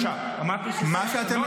בגללך --- טלי גוטליב,